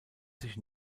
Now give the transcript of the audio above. sich